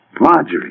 Marjorie